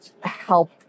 help